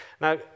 Now